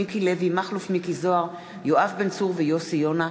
עליזה לביא ויוסי יונה,